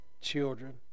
children